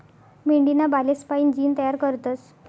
मेंढीना बालेस्पाईन जीन तयार करतस